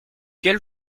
quel